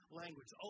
language